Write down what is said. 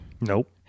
Nope